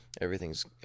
everything's